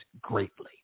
greatly